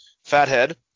fathead